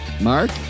mark